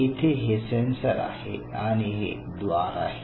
येथे हे सेन्सर आहे आणि हे द्वार आहे